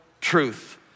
truth